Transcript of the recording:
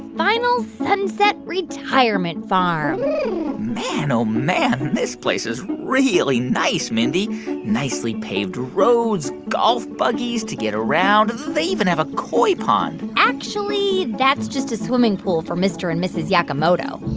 final sunset retirement farm man, oh, man, this place is really nice, mindy nicely paved roads, golf buggies to get around. they even have a koi pond actually, that's just a swimming pool for mr. and mrs. yakamoto.